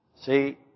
See